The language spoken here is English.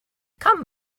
come